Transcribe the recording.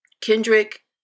Kendrick